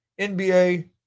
NBA